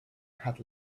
had